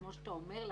כמו שאתה אומר,